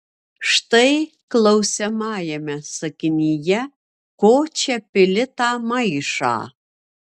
štai klausiamajame sakinyje ko čia pili tą maišą